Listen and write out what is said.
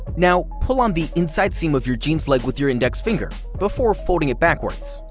now, pull on the inside seam of your jeans leg with your index finger, before folding it backwards,